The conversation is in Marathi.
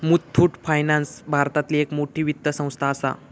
मुथ्थुट फायनान्स भारतातली एक मोठी वित्त संस्था आसा